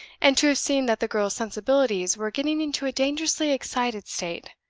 and to have seen that the girl's sensibilities were getting into a dangerously excited state.